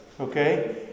Okay